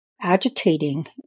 agitating